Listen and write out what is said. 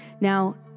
Now